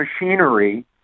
machinery